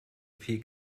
viel